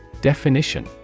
Definition